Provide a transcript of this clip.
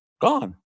gone